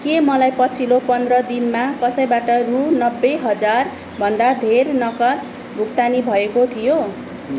के मलाई पछिल्लो पन्ध्र दिनमा कसैबाट रू नब्बे हजारभन्दा धेर नगद भुक्तानी भएको थियो